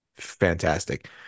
fantastic